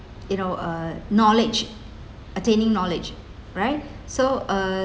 you know uh knowledge attaining knowledge right so uh